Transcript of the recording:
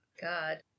God